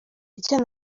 icyo